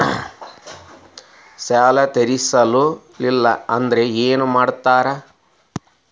ಸಾಲ ತೇರಿಸಲಿಲ್ಲ ಅಂದ್ರೆ ಏನು ಮಾಡ್ತಾರಾ?